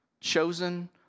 Chosen